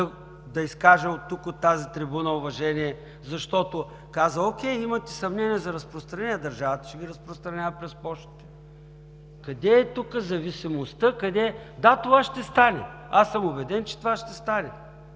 да изкажат тук, от тази трибуна, уважение. Защото каза: „Окей, имате съмнение за разпространение. Държавата ще ги разпространява през „Пощите“.“ Къде е тук зависимостта?! Да, това ще стане, аз съм убеден, че това ще стане.